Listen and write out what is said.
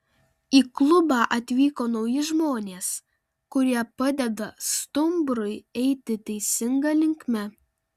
į klubą atvyko nauji žmonės kurie padeda stumbrui eiti teisinga linkme